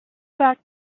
back